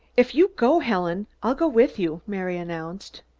if you go, helen, i'll go with you, mary announced.